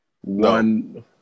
one